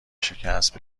شکست